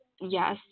Yes